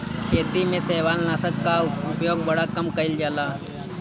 खेती में शैवालनाशक कअ उपयोग बड़ा कम कइल जाला